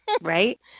Right